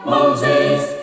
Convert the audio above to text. Moses